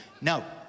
No